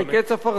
עץ אפרסק,